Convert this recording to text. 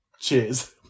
Cheers